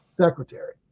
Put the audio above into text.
secretary